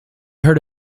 heard